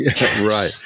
Right